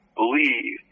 believe